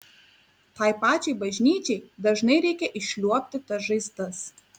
tai pačiai bažnyčiai dažnai reikia išliuobti tas žaizdas